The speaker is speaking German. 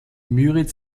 müritz